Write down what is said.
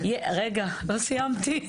רגע, לא סיימתי.